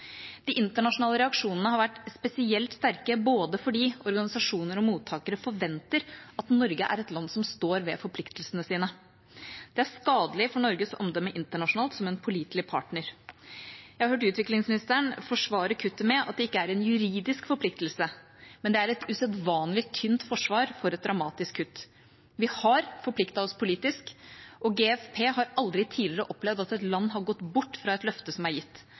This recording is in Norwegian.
De internasjonale reaksjonene har vært spesielt sterke fordi organisasjoner og mottakere forventer at Norge er et land som står ved forpliktelsene sine. Det er skadelig for Norges omdømme internasjonalt, som en pålitelig partner. Jeg har hørt utviklingsministeren forsvare kuttet med at det ikke er en juridisk forpliktelse, men det er et usedvanlig tynt forsvar for et dramatisk kutt. Vi har forpliktet oss politisk, og GFP har aldri tidligere opplevd at et land har gått bort fra et løfte som er gitt.